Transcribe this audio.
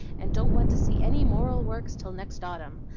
and don't want to see any moral works till next autumn.